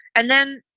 and then,